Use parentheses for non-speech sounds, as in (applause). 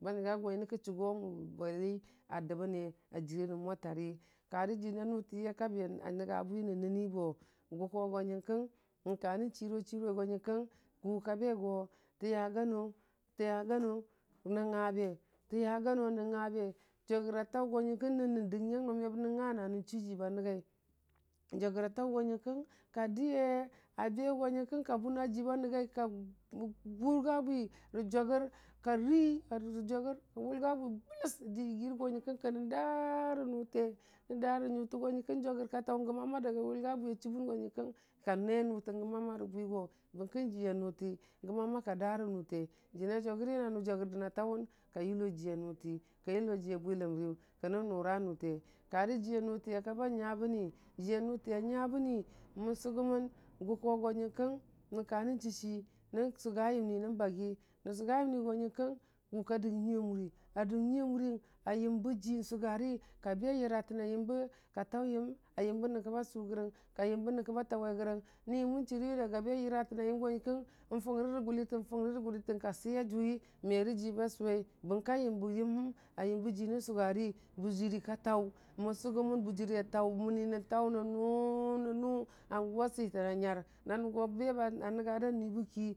ba nənga yo mənəki chʊgo mʊ bweli a dəbəne a jəre nən mwe a tari, karə jəna nʊti a kabia nənya bwi nən nəni bo, o gʊ koo go nyənkəng nən ka nən chiru chiroi go nyənkəng, gʊ ka ba yo tə yaga noo, nən ngn be, tə yngu noo nən ngabe, jwayər a taʊ go nyənkəng nəm nəndəng nyang noo mə bənə nya nanə chʊ ji ba nəngui, jwagər a taʊ go nyənkəmg ka dəye, a be go nyənkən ka bʊne ji ba nəngai ka wʊlga bwi rə jwagər, ka ri rə jwagər, ka wʊlga bwi bələg adi yəgirə yo nyən kəng kənə da rə nʊte, nən da rə nʊtə go nyənkəng jwagər taʊ gəmama (unintelligible) wʊlga bwi a chʊbən go nyənkəng ka ne nʊtə gəmama rə bwigo bərə kiviya nʊti, həmama ka da rə nʊte, jəna jwagəri nanʊ jwagərdə na tawən ka yəlo jəya nʊti, ka yəlo jəya bwiləmriyʊ, kənən nʊra nʊte, karə jəya nʊti a kab a nya baəni, jəya nʊtiu a nyabəni mən sʊgʊ mən gʊ kou go nyənkəng nən ka nən chichi nən sʊga yəmni nən bayi, nən sʊga nyəmni go nyəmkəng gʊka dəg nyui a mʊri, a dəg nyui a murɨyəng a yəmbə ji sʊgari ka be yəratənna yəmbə, ka taʊ yəm a yəmbe nyenkə ba sʊgərəng a yəmbe yamkə ba taʊwerəng ni wʊ mən chʊriwe (unintelligible) be yəra təna yəm go nyənkəng, nfʊngre rə gʊlitə, nfungre rə gʊlitən ka biya jʊwi me rə ji ba sʊwei, bən ka a yəmbə yəmhəm, a yəmbə ji nən nən sʊgari, bwari ka taʊ, mən sʊgʊm ən bʊjəri a taʊ məni nən taʊ nən nʊʊ nən nʊʊ hangʊ a sitən a nyar, na nʊgo be ba nənga da nwi bə ki.